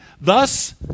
Thus